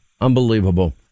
unbelievable